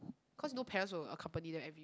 cause no parents will accompany them every